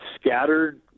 scattered